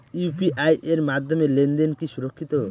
UPI এর মাধ্যমে লেনদেন কি সুরক্ষিত?